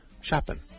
shopping